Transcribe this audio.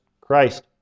Christ